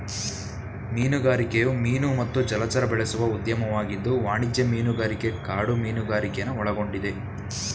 ಮೀನುಗಾರಿಕೆಯು ಮೀನು ಮತ್ತು ಜಲಚರ ಬೆಳೆಸುವ ಉದ್ಯಮವಾಗಿದ್ದು ವಾಣಿಜ್ಯ ಮೀನುಗಾರಿಕೆ ಕಾಡು ಮೀನುಗಾರಿಕೆನ ಒಳಗೊಂಡಿದೆ